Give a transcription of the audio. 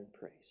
praise